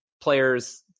players